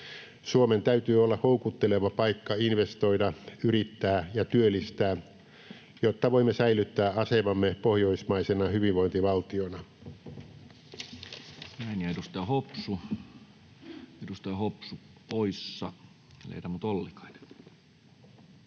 Suomen täytyy olla houkutteleva paikka investoida, yrittää ja työllistää, jotta voimme säilyttää asemamme pohjoismaisena hyvinvointivaltiona.